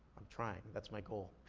um trying, that's my goal.